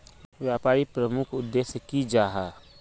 व्यापारी प्रमुख उद्देश्य की जाहा?